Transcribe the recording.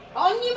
on